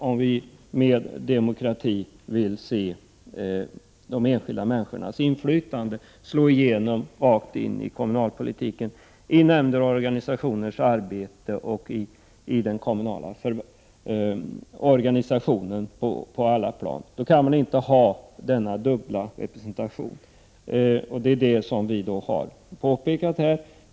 Om man med demokrati vill se de enskilda människornas inflytande slå igenom rakt in i kommunalpolitiken — i nämnder och organisationer och i den kommunala organisationen på alla plan — då kan man inte ha denna dubbla representation. Det är detta som vi har påpekat.